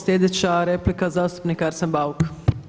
Sljedeća replika zastupnik Arsen Bauk.